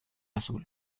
azul